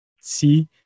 see